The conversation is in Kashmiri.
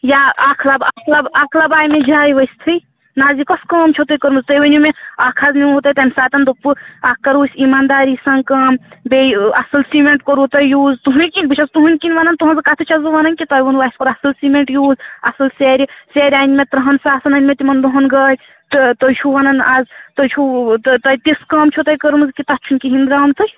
یا اَکھ لَب اکھ لَب اکھ لَب آیہِ مےٚ جایہِ ؤستتھٕے نہَ حظ یہِ کۄس کٲم چھَو تۅہہِ کٔرمٕژ تُہۍ ؤنِو مےٚ اَکھ حظ نِیٛوٗوٕ تۄہہِ تَمہِ ساتہٕ دوٚپُو اکھ کَرو أسۍ ایٖمانٛداری سان کٲم بیٚیہِ اَصٕل سیٖمٮ۪نٛٹ کوٚروٕ تۄہہِ یوٗز حالانٛکہِ بہٕ چھَس تُہٕنٛدۍ کِنۍ وَنان تُہٕنٛزٕ کَتھٕ چھَس بہٕ وَنان کہِ تۄہہِ ووٚنوٕ اَسہِ کوٚر اَصٕل سیٖمٮ۪نٛٹ یوٗز اَصٕل سیرِ سیرِ اَنہِ مےٚ ترٛہَن ساسَن أنۍ مےٚ تِمَن دۄہَن گٲڑۍ تہٕ تُہۍ چھُو وَنان اَز تُہۍ چھُو تِژھ کٲم چھَو تۄہہِ کٔرمٕژ کہِ تَتھ چھُنہٕ کِہیٖنٛۍ درامتُے